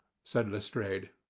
said lestrade.